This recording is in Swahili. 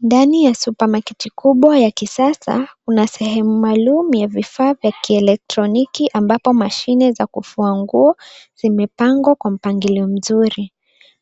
Ndani ya supamarketi kubwa ya kisasa kuna sehemu maalum ya vifaa vya kielektroniki ambapo mashine za kufua nguo zimepangwa kwa mpangilio mzuri